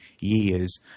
years